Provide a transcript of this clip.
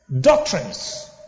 Doctrines